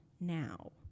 now